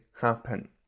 happen